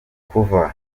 kuva